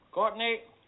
Courtney